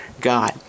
God